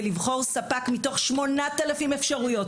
ולבור ספק מתוך 8,000 אפשרויות,